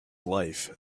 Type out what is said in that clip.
life